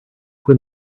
when